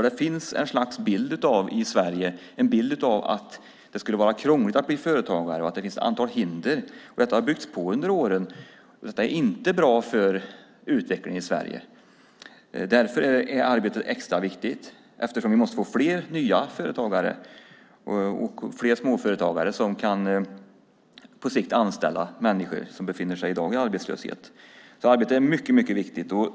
Det finns nämligen en bild av att det i Sverige skulle vara krångligt att bli företagare och att det finns ett antal hinder. Detta har byggts på under åren, och det är inte bra för utvecklingen i Sverige. Därför är det här arbetet extra viktigt. Vi måste ju få fler nya företagare och fler småföretagare som på sikt kan anställa människor som i dag befinner sig i arbetslöshet. Arbetet är alltså mycket viktigt.